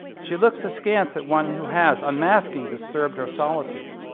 she looks askance at one who has unmasking disturbed her solitude.